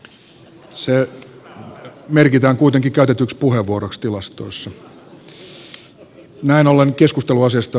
se merkitään kuitenkin käytetyksi puheenvuoroksi tilastoissa